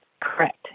Correct